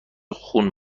خون